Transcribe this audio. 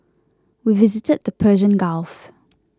we visited the Persian Gulf